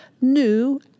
new